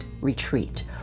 retreat